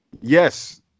Yes